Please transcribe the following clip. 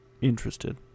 interested